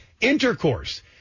intercourse